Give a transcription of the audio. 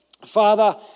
Father